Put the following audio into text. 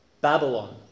Babylon